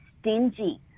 stingy